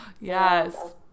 Yes